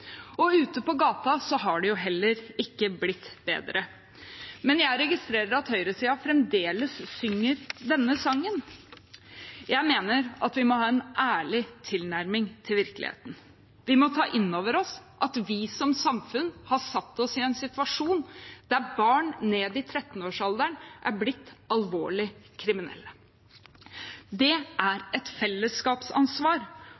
Ute på gata har det heller ikke blitt bedre. Men jeg registrerer at høyresiden fremdeles synger denne sangen. Jeg mener vi må ha en ærlig tilnærming til virkeligheten. Vi må ta inn over oss at vi som samfunn har satt oss i en situasjon der barn ned i 13-årsalderen er blitt alvorlig kriminelle. Det